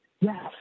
yes